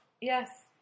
Yes